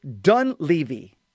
Dunleavy